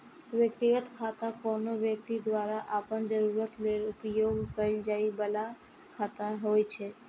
व्यक्तिगत खाता कोनो व्यक्ति द्वारा अपन जरूरत लेल उपयोग कैल जाइ बला खाता होइ छै